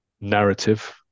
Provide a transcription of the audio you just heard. narrative